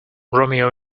romeo